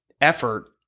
effort